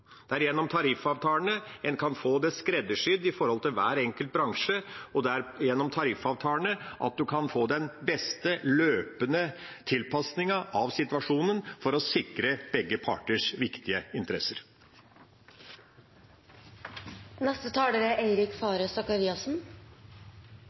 Det er gjennom tariffavtalene en kan få det skreddersydd i forhold til hver enkelt bransje, og det er gjennom tariffavtalene en kan få den beste løpende tilpasningen av situasjonen for å sikre begge parters viktige interesser. I morgon er